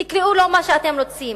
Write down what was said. תקראו לו מה שאתם רוצים,